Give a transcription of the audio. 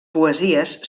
poesies